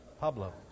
Pablo